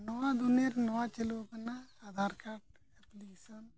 ᱱᱚᱣᱟ ᱫᱩᱱᱤᱭᱟᱹ ᱨᱮ ᱱᱚᱣᱟ ᱪᱟᱹᱞᱩ ᱟᱠᱟᱱᱟ ᱟᱫᱷᱟᱨ ᱠᱟᱨᱰ ᱮᱯᱞᱤᱠᱮᱥᱚᱱ